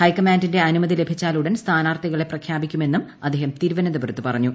ഹൈക്കമാന്റിന്റെ അനുമതി ലഭിച്ചാലുടൻ സ്ഥാനാർത്ഥികളെ പ്രഖ്യാപിക്കുമെന്നും അദ്ദേഹം തിരുവനന്തപുരത്ത് പറഞ്ഞു